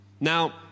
Now